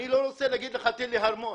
אני לא רוצה להגיד לך תן לי ארמון,